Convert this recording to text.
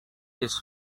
his